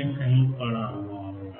से बड़ा है